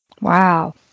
Wow